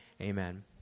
amen